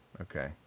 Okay